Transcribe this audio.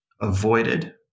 avoided